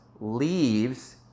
leaves